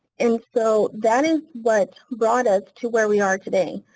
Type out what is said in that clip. and so that is what brought us to where we are today.